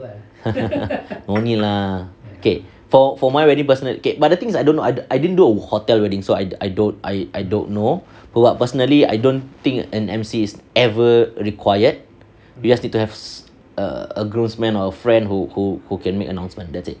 no need lah okay for for my wedding personal okay but the thing is I don't know I didn't do a hotel wedding so I I don't I I don't know oh but personally I don't think an emcee is ever required because they don't have a groomsman or a friend who who who can make announcement that's it